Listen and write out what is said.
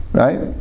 right